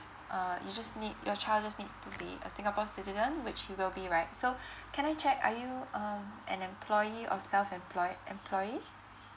uh you just need your child just needs to be a singapore citizen which he will be right so can I check are you um an employee or self employed employee